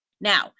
Now